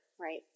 right